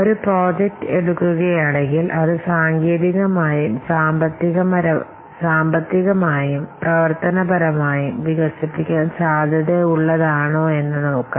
ഒരു പ്രോജക്ട് എടുക്കുകയാണേൽ അത് സാങ്കേതികമായും സാമ്പത്തികമായും പ്രവർത്തന പരമായും വികസിപ്പിക്കാൻ സാധ്യത ഉള്ളതാണോ എന്നു നോക്കണം